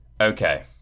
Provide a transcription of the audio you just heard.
Okay